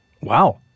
Wow